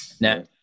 Now